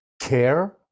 care